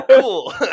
cool